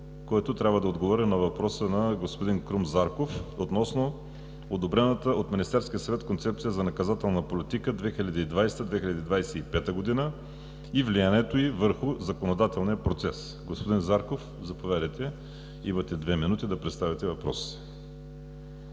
който трябва да отговори на въпроса на господин Крум Зарков относно одобрената от Министерския съвет Концепция за наказателна политика 2020 – 2025 г. и влиянието ѝ върху законодателния процес. Господин Зарков, заповядайте, имате две минути да представите въпроса